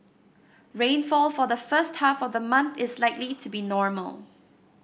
rainfall for the first half of the month is likely to be normal